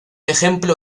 ejemplo